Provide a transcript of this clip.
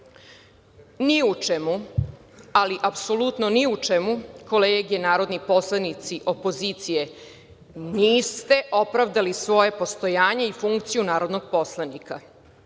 Ni u čemu, ali apsolutno ni u čemu kolege narodni poslanici opozicije niste opravdali svoje postojanje i funkciju narodnog poslanika,